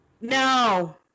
No